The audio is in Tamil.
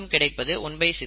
14 x 14 116